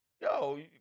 yo